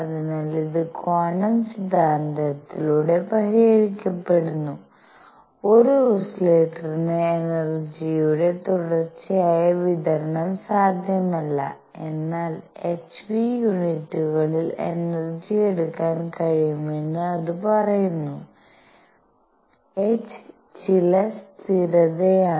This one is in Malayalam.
അതിനാൽ ഇത് ക്വാണ്ടം സിദ്ധാന്തത്തിലൂടെ പരിഹരിക്കപ്പെടുന്നു ഒരു ഓസിലേറ്ററിന് എനെർജിയുടെ തുടർച്ചയായ വിതരണം സാധ്യമല്ല എന്നാൽ h ν യൂണിറ്റുകളിൽ എനർജി എടുക്കാൻ കഴിയുമെന്ന് അത് പറയുന്നു h ചില സ്ഥിരതയാണ്